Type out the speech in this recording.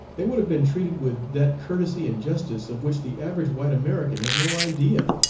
they would have been treated with that courtesy and justice of which the average white american has no idea.